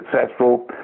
successful